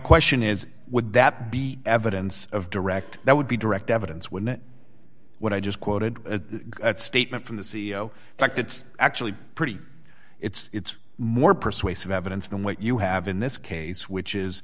question is would that be evidence of direct that would be direct evidence when what i just quoted a statement from the c e o fact it's actually pretty it's more persuasive evidence than what you have in this case which is